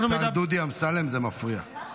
השר דודי אמסלם, זה מפריע.